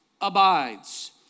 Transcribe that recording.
abides